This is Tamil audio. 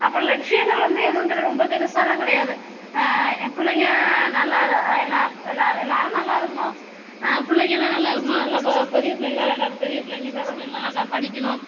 அப்புறம் லட்சியங்கள் எதுவும் ரொம்ப பெருசாயெலாம் கிடையாது என் பிள்ளைங்க எல்லாேர் எல்லாேரும் நல்லா இருக்கணும் பிள்ளைங்களாம் நல்ல இருக்கணும் பெரிய பிள்ளைங்க பேர பிள்ளைங்களாம் நல்லா படிக்கணும்